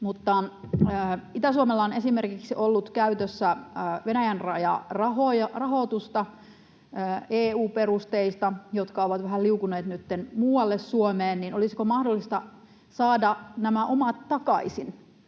kun Itä-Suomella on esimerkiksi ollut käytössä Venäjän rajarahoitusta, EU-perusteista, jotka ovat vähän liukuneet muualle Suomeen, niin olisiko mahdollista saada nämä omat takaisin?